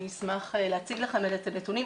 אשמח להציג לכם את הנתונים.